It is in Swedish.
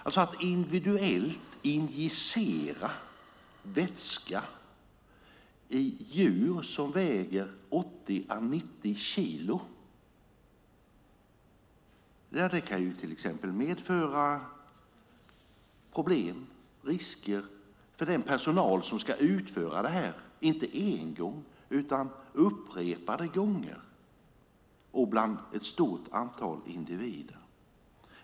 Att individuellt injicera vätska i djur som väger 80-90 kilo kan medföra risker för den personal som ska utföra detta upprepade gånger bland ett stort antal individer.